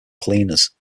cleaners